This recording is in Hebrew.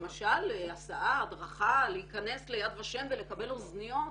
למשל: הסעה, הדרכה, להיכנס ליד ושם ולקבל אוזניות,